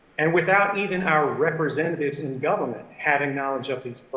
and without even our representatives in government having knowledge of these